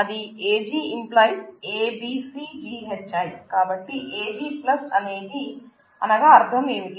అది AG→ABCGHI కాబట్టి AG అనగా అర్థం ఏమిటి